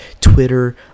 Twitter